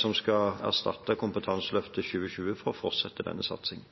som skal erstatte Kompetanseløft 2020, for å fortsette denne satsingen.